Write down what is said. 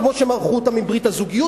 כמו שמרחו אותם עם ברית הזוגיות,